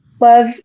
love